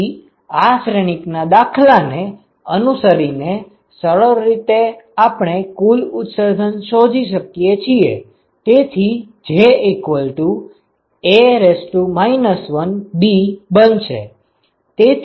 તેથી આ શ્રેણિક ના દાખલા ને અનુસરી ને સરળ રીતે આપણે કુલ ઉત્સર્જન શોધી શકીએ છીએ તેથી JA 1b બનશે